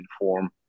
inform